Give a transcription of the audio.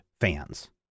fans